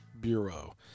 Bureau